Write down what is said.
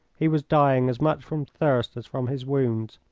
he was dying as much from thirst as from his wounds,